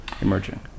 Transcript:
emerging